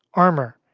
armor,